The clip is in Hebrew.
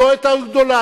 טועה טעות גדולה,